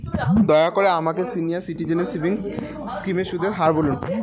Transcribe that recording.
দয়া করে আমাকে সিনিয়র সিটিজেন সেভিংস স্কিমের সুদের হার বলুন